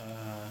err